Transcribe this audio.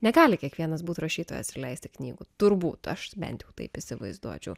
negali kiekvienas būti rašytojas ir leisti knygų turbūt aš bent jau taip įsivaizduočiau